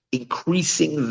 increasing